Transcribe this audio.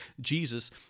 Jesus